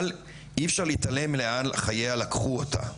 אבל אי אפשר להתעלם לאן לחייה לקחו אותה.